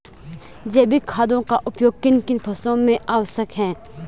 जैविक खादों का उपयोग किन किन फसलों में आवश्यक है?